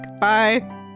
Bye